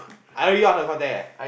I really got her contact eh